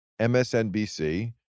MSNBC